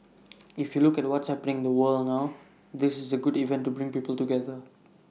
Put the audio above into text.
if you look at what's happening the world now this is A good event to bring people together